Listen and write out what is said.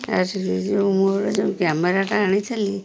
ଆଉ ସେ ଯେଉଁ ମୋର ଯେଉଁ କ୍ୟାମେରାଟା ଆଣିଥିଲି